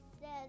says